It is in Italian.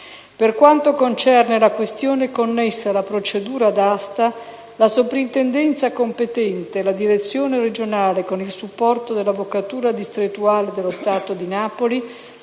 Per quanto concerne la questione connessa alla procedura d'asta, la Soprintendenza competente e la direzione regionale, con il supporto dell'Avvocatura distrettuale dello Stato di Napoli,